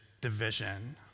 division